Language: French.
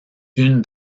une